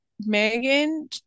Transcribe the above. Megan